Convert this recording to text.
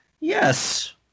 Yes